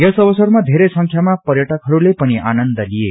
यस अवसरमा धेरै संख्यामा पर्यअकहरूले पनिआनन्द लिए